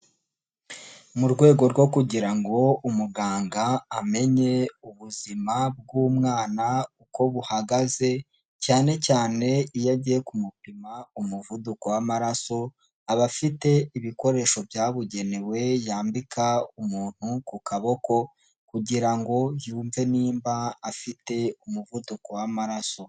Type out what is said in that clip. Mu rwego rwo kugira ngo umuganga amenye ubuzima bw'umwana uko buhagaze, cyane cyane iyo agiye kumupima umuvuduko w'amaraso, aba afite ibikoresho byabugenewe yambika umuntu ku kaboko kugira ngo yumve nimba afite umuvuduko w'amaraso.